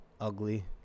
Ugly